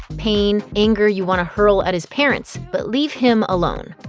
pain, anger you want to hurl at his parents. but leave him alone.